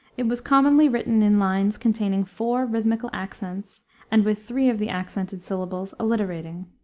it was commonly written in lines containing four rhythmical accents and with three of the accented syllables alliterating.